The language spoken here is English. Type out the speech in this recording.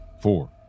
Four